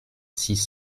six